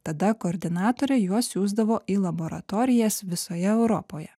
tada koordinatorė juos siųsdavo į laboratorijas visoje europoje